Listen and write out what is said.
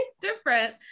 different